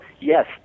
yes